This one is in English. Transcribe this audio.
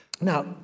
Now